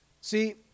See